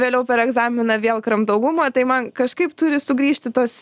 vėliau per egzaminą vėl kramtau gumą tai man kažkaip turi sugrįžti tos